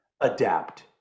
adapt